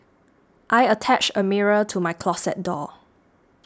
I attached a mirror to my closet door